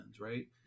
Right